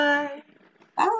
Bye